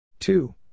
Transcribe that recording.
Two